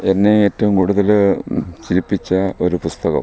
എന്നെ ഏറ്റവും കൂടുതൽ ചിരിപ്പിച്ച ഒരു പുസ്തകം